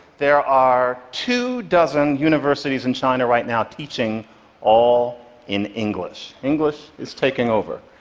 there are two dozen universities in china right now teaching all in english. english is taking over.